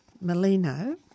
Molino